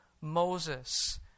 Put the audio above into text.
Moses